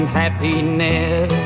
happiness